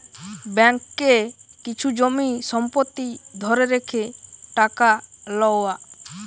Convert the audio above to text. ব্যাঙ্ককে কিছু জমি সম্পত্তি ধরে রেখে টাকা লওয়া